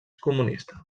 comunista